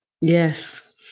yes